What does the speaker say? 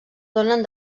donen